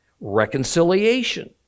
Reconciliation